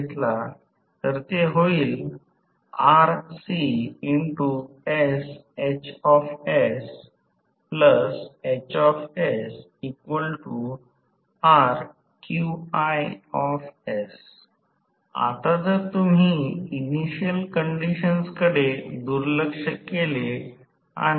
या गृहेती वर आधारित आहे तर त्या Smax t Smax t ने अभिव्यक्तीला पर्याय द्या r थेवेनिन 0 आणि S थेवेनिन0 S Smax t r2 x 2 मिळेल